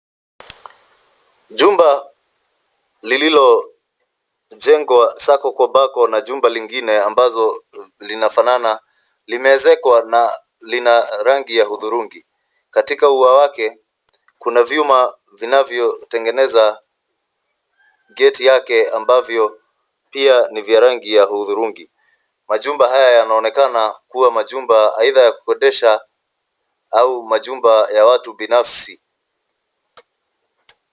Jumba lililojengwa sako kwa bako na jumba lingine ambazo linafanana limeezekwa na lina rangi ya hudhurungi. Katika ua wake kuna vyuma vinatengeneza gate yake ambavyo pia ni ya rangi ya hudhurungi. Majumba haya yanaonekana kuwa majumba aidha ya kukodesha au majumba ya watu binafsi.